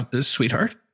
sweetheart